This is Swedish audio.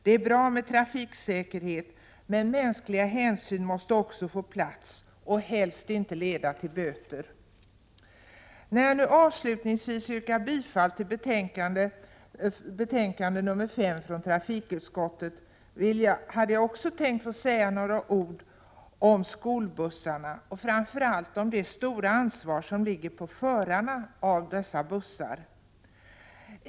Det är bra med trafiksäkerhet, men mänskliga hänsyn måste också få plats och helst inte leda till böter. När jag nu avslutningsvis yrkar bifall till hemställan i trafikutskottets betänkande 5, hade jag tänkt säga några ord om skolbussarna och framför allt om det stora ansvar som ligger på förarna av skolbussar.